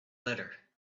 letter